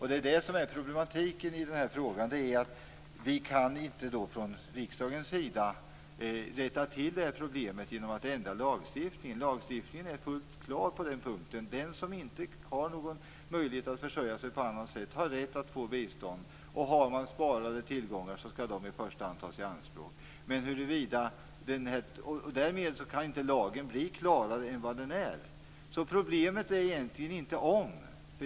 Det är det som är problematiken i den här frågan. Vi kan från riksdagens sida inte rätta till problemet genom att ändra lagstiftningen. Lagstiftningen är fullt klar på den här punkten: Den som inte har någon möjlighet att försörja sig på annat sätt har rätt att få bistånd, och har man sparade tillgångar skall dessa i första hand tas i anspråk. Därmed kan lagen inte bli klarare än vad den är. Problemet är alltså egentligen inte om.